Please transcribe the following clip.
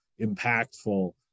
impactful